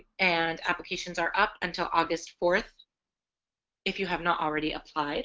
and applications are up until august fourth if you have not already applied